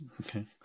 Okay